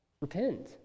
Repent